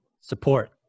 support